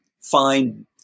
find